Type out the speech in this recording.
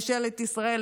ממשלת ישראל,